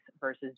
versus